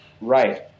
right